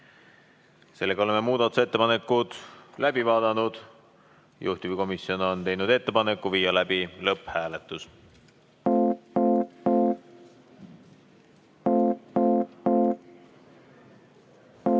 Oleme muudatusettepanekud läbi vaadanud. Juhtivkomisjon on teinud ettepaneku viia läbi lõpphääletus.